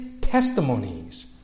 testimonies